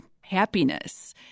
happiness